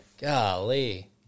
Golly